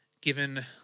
given